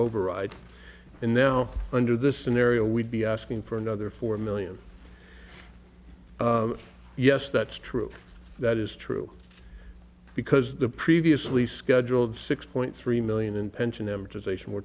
override and now under this scenario we'd be asking for another four million yes that's true that is true because the previously scheduled six point three million and pension